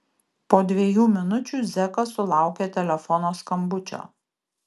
po dviejų minučių zekas sulaukė telefono skambučio